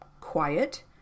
quiet